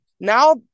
Now